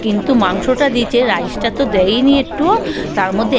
কিন্তু মাংসটা দিয়েছে রাইসটা তো দেয়ইনি একটুও তার মধ্যে